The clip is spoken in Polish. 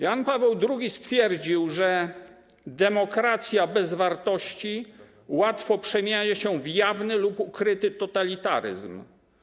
Jan Paweł II stwierdził, że demokracja bez wartości łatwo przemienia się w jawny lub ukryty totalitaryzm.